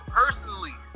personally